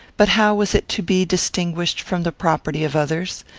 but how was it to be distinguished from the property of others?